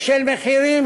של מחירים.